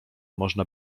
można